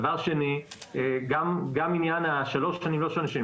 דבר שני, גם עניין שלוש השנים, לא שלוש שנים.